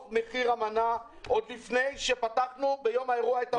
מחיר המנה עוד לפני שפתחנו ביום האירוע את האולם.